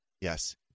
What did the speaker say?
Yes